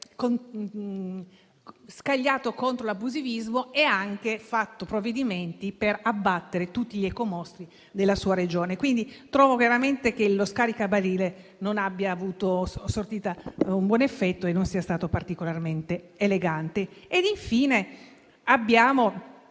scagliato contro l'abusivismo e abbia fatto provvedimenti per abbattere tutti gli ecomostri della sua Regione. Quindi trovo veramente che lo scaricabarile non abbia sortito un buon effetto e non sia stato particolarmente elegante.